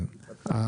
כן,